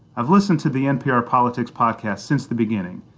i've listened to the npr politics podcast since the beginning.